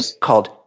called